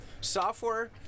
software